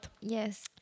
Yes